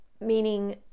meaning